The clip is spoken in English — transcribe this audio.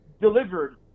delivered